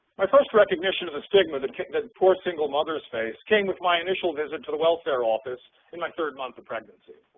my first recognition of the stigma that that poor single mothers face came with my initial visit to the welfare office in my third month of pregnancy.